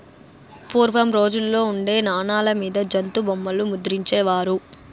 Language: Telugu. పూర్వం రోజుల్లో ఉండే నాణాల మీద జంతుల బొమ్మలు ముద్రించే వారు